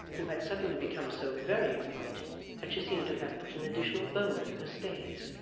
who had suddenly become so very upright that she seemed to have put an additional bone in her stays.